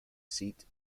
seat